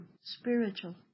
spiritual